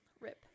rip